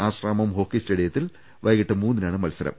Asramam hockey സ്റ്റേഡിയത്തിൽ വൈകിട്ട് മൂന്നിനാണ് മത്സരം